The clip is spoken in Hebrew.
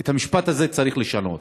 את המשפט הזה צריך לשנות.